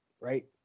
right